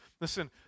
Listen